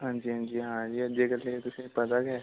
हांजी हांजी हां जी अज्जै कल्लै दा तुसें ई पता गै